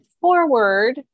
forward